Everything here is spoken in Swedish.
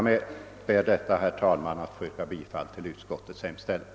Med detta, herr talman, ber jag att få yrka bifall till utskottets hemställan.